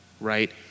right